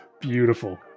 Beautiful